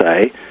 say